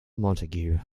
montague